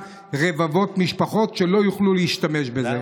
רבבות של משפחות שלא יוכלו להשתמש בזה.